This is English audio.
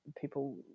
people